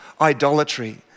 idolatry